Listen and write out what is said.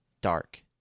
dark